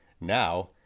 Now